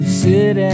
sit